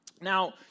Now